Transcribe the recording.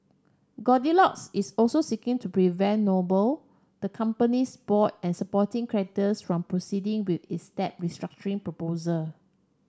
Goldilocks is also seeking to prevent noble the company's board and supporting creditors from proceeding with its debt restructuring proposal